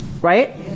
Right